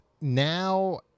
now